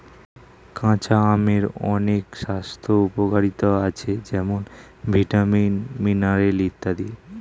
কাঁচা আমের অনেক স্বাস্থ্য উপকারিতা আছে যেমন ভিটামিন, মিনারেল ইত্যাদি